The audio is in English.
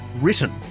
written